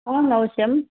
ओम् अवश्यम्